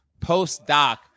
postdoc